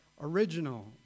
original